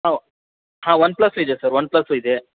ಒ ಹಾಂ OnePlus ಇದೆ sir OnePlus ಇದೆ